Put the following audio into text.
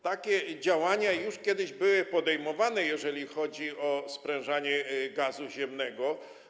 Takie działania już kiedyś były podejmowane, jeżeli chodzi o sprężanie gazu ziemnego.